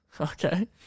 Okay